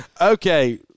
Okay